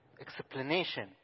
explanation